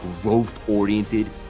growth-oriented